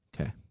Okay